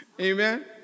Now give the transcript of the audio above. Amen